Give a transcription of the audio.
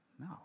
No